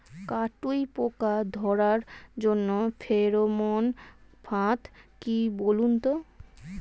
কাটুই পোকা ধরার জন্য ফেরোমন ফাদ কি বলুন তো?